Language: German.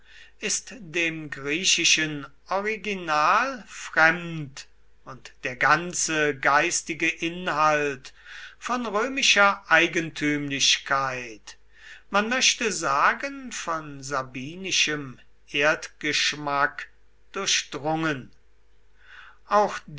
ist dem griechischen original fremd und der ganze geistige inhalt von römischer eigentümlichkeit man möchte sagen von sabinischem erdgeschmack durchdrungen auch